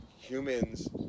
humans